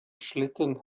schlitten